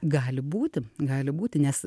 gali būti gali būti nes